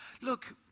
Look